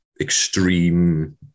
extreme